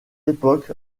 époque